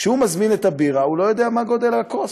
כשהוא מזמין את הבירה הוא לא יודע מה גודל הכוס,